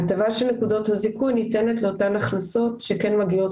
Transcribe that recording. ההטבה של נקודות הזיכוי ניתנת לאותן הכנסות שכן מגיעות